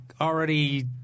already